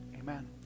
Amen